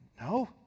No